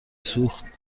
سوخت